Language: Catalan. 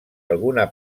alguna